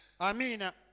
Amina